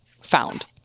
found